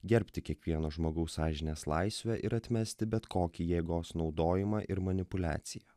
gerbti kiekvieno žmogaus sąžinės laisvę ir atmesti bet kokį jėgos naudojimą ir manipuliaciją